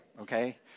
okay